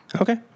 Okay